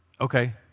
Okay